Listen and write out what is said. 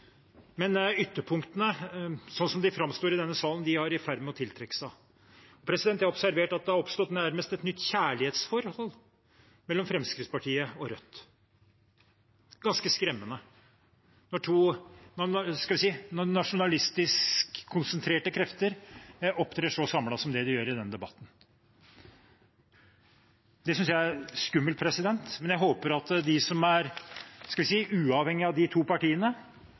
denne salen, er i ferd med å tiltrekke seg hverandre. Jeg har observert at det har oppstått nærmest et nytt kjærlighetsforhold mellom Fremskrittspartiet og Rødt. Det er ganske skremmende når – hva skal jeg si – nasjonalistiskkonsentrerte krefter opptrer så samlet som de gjør i denne debatten. Det synes jeg er skummelt, men jeg håper at de som er uavhengige av de to partiene,